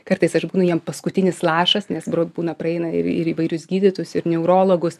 kartais aš būnu jiem paskutinis lašas nes brot būna praeina ir ir įvairius gydytojus ir neurologus